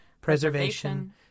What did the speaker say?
preservation